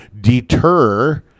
deter